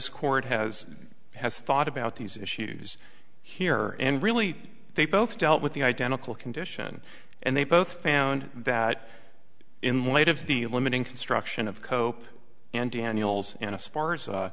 court has has thought about these issues here and really they both dealt with the identical condition and they both found that in light of the limiting construction of cope and daniels in a